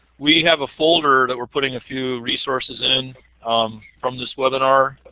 we have a folder that we are putting a few resources in um from this webinar.